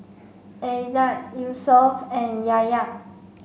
Izzat Yusuf and Yahya